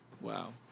Wow